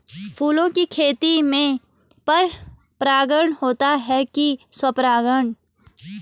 फूलों की खेती में पर परागण होता है कि स्वपरागण?